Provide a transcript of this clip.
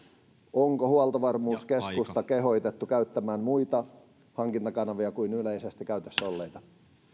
onko huoltovarmuuskeskusta kehotettu käyttämään muita hankintakanavia kuin yleisesti käytössä olleita